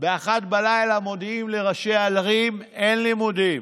ב-01:00 מודיעים לראשי הערים: אין לימודים.